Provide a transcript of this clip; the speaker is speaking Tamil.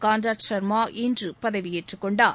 காண்ட்ராட் ஷர்மா இன்று பதவியேற்றுக் கொண்டார்